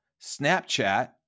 Snapchat